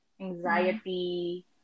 anxiety